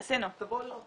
תבואו לראות.